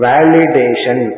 Validation